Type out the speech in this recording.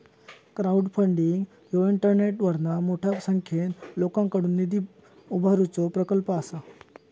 crowdfunding ह्यो इंटरनेटवरना मोठ्या संख्येन लोकांकडुन निधी उभारुचो प्रकल्प असा